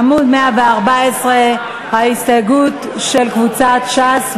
עמוד 114, ההסתייגות של קבוצת ש"ס.